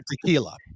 tequila